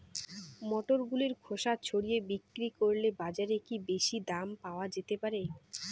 মটরশুটির খোসা ছাড়িয়ে বিক্রি করলে বাজারে কী বেশী দাম পাওয়া যেতে পারে?